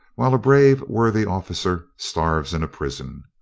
while a brave worthy officer starves in a prison?